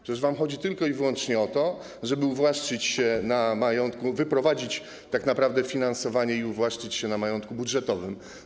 Przecież wam chodzi tylko i wyłącznie o to, żeby uwłaszczyć się na majątku, wyprowadzić tak naprawdę finansowanie i uwłaszczyć się na majątku budżetowym.